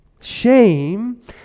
Shame